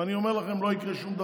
ואני אומר לכם, לא יקרה שום דבר.